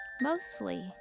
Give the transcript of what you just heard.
Mostly